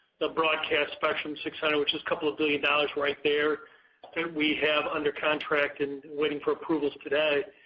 the broadcast spectrum six hundred, which is couple of billion dollars right there that we have under contract and waiting for approvals today.